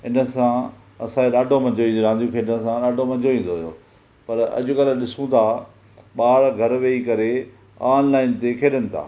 इन सां असांखे ॾाढो मज़ो ईंदो हो रांदियूं खेॾणु सां ॾाढो मज़ो ईंदो हुयो पर अॼकल्ह ॾिसूं था ॿार घर वेही करे ऑनलाइन ते खेॾनि था